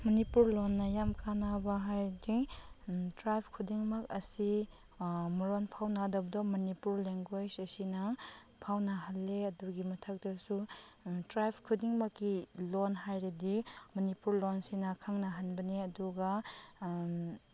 ꯃꯅꯤꯄꯨꯔ ꯂꯣꯟꯅ ꯌꯥꯝ ꯀꯥꯅꯕ ꯍꯥꯏꯔꯗꯤ ꯇ꯭ꯔꯥꯏꯞ ꯈꯨꯗꯤꯡꯃꯛ ꯑꯁꯤ ꯃꯔꯣꯟ ꯐꯥꯎꯅꯗꯕꯗꯣ ꯃꯅꯤꯄꯨꯔ ꯂꯦꯡꯒ꯭ꯋꯦꯁ ꯑꯁꯤꯅ ꯐꯥꯎꯅꯍꯜꯂꯤ ꯑꯗꯨꯒꯤ ꯃꯊꯛꯇꯁꯨ ꯇ꯭ꯔꯥꯏꯞ ꯈꯨꯗꯤꯡꯃꯛꯀꯤ ꯂꯣꯟ ꯍꯥꯏꯔꯗꯤ ꯃꯅꯤꯄꯨꯔ ꯂꯣꯟꯁꯤꯅ ꯈꯪꯅꯍꯟꯕꯅꯤ ꯑꯗꯨꯒ